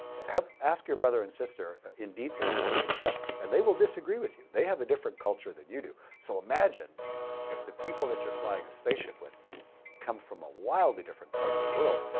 ask your brother and sister in detail about some stuff and they will disagree with you. they have a different culture than you do, so imagine if the people that you're flying a spaceship with come from a wildly different part of the world,